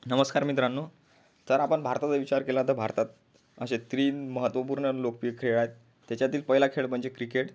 नमस्कार मित्रांनो तर आपण भारताचा विचार केला तर भारतात असे तीन महत्त्वपूर्ण लोकप्रिय खेळ आहेत त्याच्यातील पहिला खेळ म्हणजे क्रिकेट